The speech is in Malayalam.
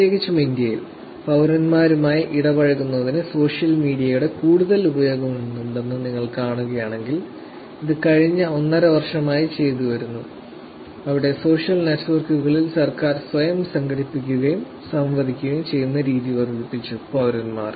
പ്രത്യേകിച്ചും ഇന്ത്യയിൽ പൌരന്മാരുമായി ഇടപഴകുന്നതിന് സോഷ്യൽ മീഡിയയുടെ കൂടുതൽ ഉപയോഗമുണ്ടെന്ന് നിങ്ങൾ കാണുകയാണെങ്കിൽ ഇത് കഴിഞ്ഞ ഒന്നര വർഷമായി ചെയ്തുവരുന്നു അവിടെ സോഷ്യൽ നെറ്റ്വർക്കുകൾ സർക്കാർ സ്വയം സംഘടിപ്പിക്കുകയും സംവദിക്കുകയും ചെയ്യുന്ന രീതി വർദ്ധിപ്പിച്ചു പൌരന്മാർ